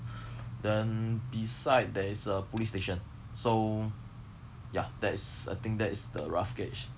then beside there is a police station so ya that is I think that is the rough gauge